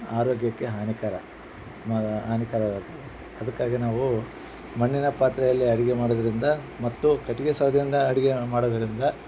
ಆರೋಗ್ಯಕ್ಕೆ ಹಾನಿಕರ ಹಾನಿಕಾರವಾಗಿರ್ತದೆ ಅದಕ್ಕಾಗಿ ನಾವು ಮಣ್ಣಿನ ಪಾತ್ರೆಯಲ್ಲಿ ಅಡುಗೆ ಮಾಡೋದ್ರಿಂದ ಮತ್ತು ಕಟ್ಟಿಗೆ ಸೌದೆಯಿಂದ ಅಡುಗೇನ ಮಾಡೋದರಿಂದ